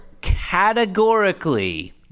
categorically